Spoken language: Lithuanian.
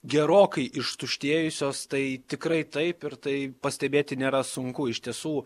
gerokai ištuštėjusios tai tikrai taip ir tai pastebėti nėra sunku iš tiesų